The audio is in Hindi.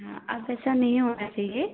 हाँ अब ऐसा नहीं होना चाहिए